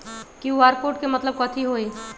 QR code के मतलब कथी होई?